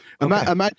Imagine